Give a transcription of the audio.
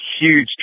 huge